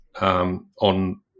on